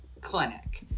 Clinic